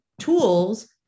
tools